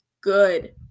good